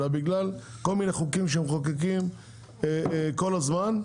אלא בגלל כל מיני חוקים שמחוקקים כל הזמן,